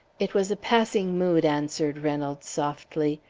it was a passing mood, answered reynolds, softly.